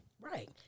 Right